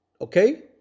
Okay